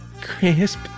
Crisp